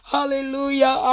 Hallelujah